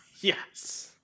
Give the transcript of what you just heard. Yes